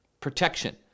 protection